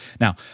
Now